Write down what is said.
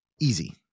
easy